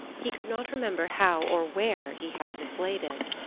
he could not remember how or where he had mislaid it.